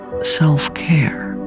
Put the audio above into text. self-care